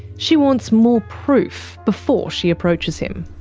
she wants more proof before she approaches him.